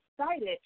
excited